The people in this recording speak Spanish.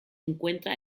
encuentra